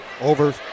over